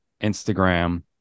Instagram